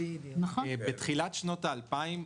בתחילת שנות האלפיים,